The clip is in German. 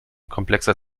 komplexer